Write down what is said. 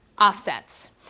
offsets